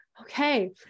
Okay